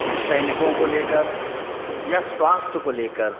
सैनिकों को लेकर या स्वास्थ्य को लेकर